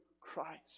Christ